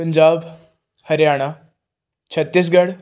Punjab Haryana Chhattisgarh